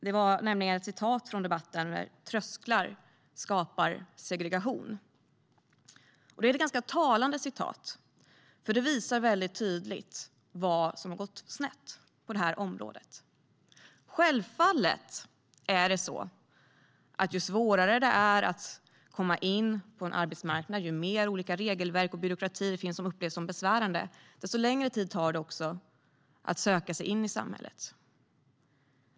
Det sas i debatten: Trösklar skapar segregation. Det är ganska talande, för det visar väldigt tydligt vad som har gått snett på det här området. Självfallet är det så: Ju svårare det är att komma in på en arbetsmarknad och ju mer regelverk och byråkrati det finns som upplevs som besvärande, desto längre tid tar det att söka sig in i samhället.